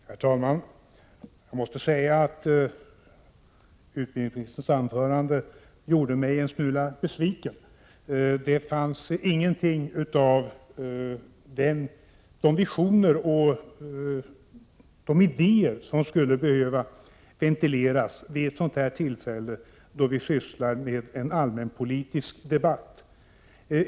4 februari 1988 Herr talman! Jag måste säga att utbildningsministerns anförande gjorde mig en smula besviken. I det fanns ingenting av de visioner och idéer som skulle behöva ventileras vid ett tillfälle då vi har en allmänpolitisk debatt.